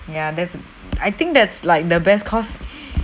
ya that's I think that's like the best cause